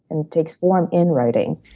and takes form in writing.